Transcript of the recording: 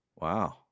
Wow